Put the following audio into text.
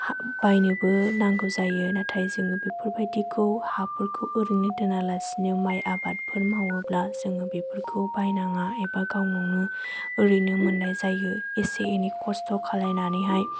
बायनोबो नांगौ जायो नाथाय जों बेफोर बायदिखौ हाफोरखौ ओरैनो दोनालासिनो माइ आबादफोर मावोब्ला जों बेफोरखौ बायनाङा एबा गावनावनो ओरैनो मोननाय जायो एसे एनै खस्थ' खालामनानैहाय